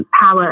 power